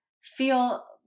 feel